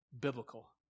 biblical